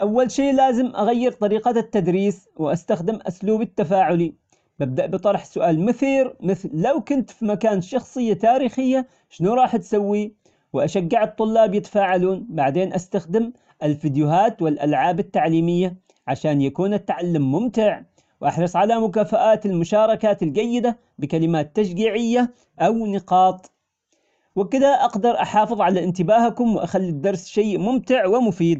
أول شي لازم أغير طريقة التدريس وأستخدم أسلوب التفاعلي، ببدأ بطرح سؤال مثير مثل لو كنت في مكان شخصية تاريخية شنو راح تسوي؟ وأشجع الطلاب يتفاعلون، بعدين أستخدم الفيديوهات والألعاب التعليمية عشان يكون التعلم ممتع، وأحرص على مكافآت المشاركات الجيدة بكلمات تشجيعية أو نقاط، وبكده أقدر أحافظ على إنتباهكم وأخلي الدرس شي ممتع ومفيد.